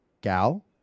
Gal